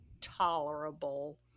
tolerable